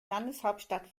landeshauptstadt